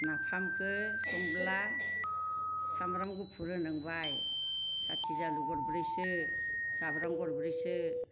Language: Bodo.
नाफामखो संब्ला सामब्राम गुफुर होनांबाय साथि जालुक गरब्रैसो साब्राम गरब्रैसो